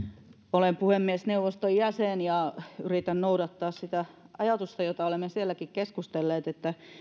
olen puhemiesneuvoston jäsen ja yritän noudattaa sitä ajatusta josta olemme sielläkin keskustelleet että